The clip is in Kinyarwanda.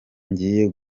ngiye